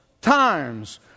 times